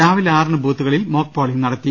രാവിലെ ആറിന് ബൂത്തുകളിൽ മോക്പോളിംഗ് നടത്തി